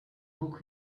book